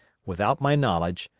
without my knowledge,